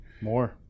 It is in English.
More